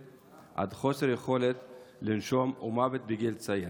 עד חוסר יכולת לנשום ומוות בגיל צעיר.